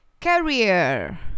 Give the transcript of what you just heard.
Career